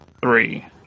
three